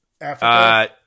Africa